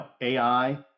AI